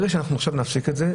ברגע שנפסיק את זה עכשיו,